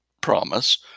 promise